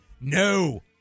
No